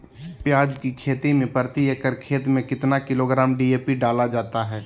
प्याज की खेती में प्रति एकड़ खेत में कितना किलोग्राम डी.ए.पी डाला जाता है?